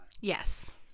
Yes